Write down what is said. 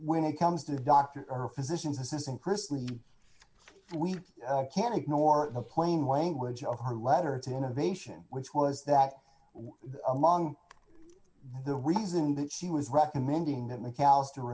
when it comes to a doctor or a physician's assistant personally we can ignore the plain language of her letter to innovation which was that among the reason that she was recommending that mcalister